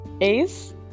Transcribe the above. ace